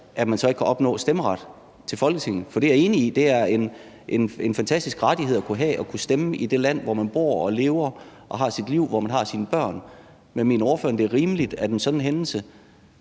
at man ikke kan opnå stemmeret til Folketinget? For jeg er enig i, at det er en fantastisk rettighed at have at kunne stemme i det land, hvor man bor, lever og har sit liv, og hvor man har sine børn. Men mener ordføreren, at det er rimeligt, at en sådan hændelse